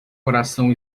coração